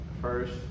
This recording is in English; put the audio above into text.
first